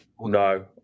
no